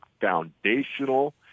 foundational